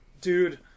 Dude